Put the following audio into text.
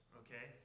okay